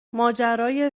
ماجرای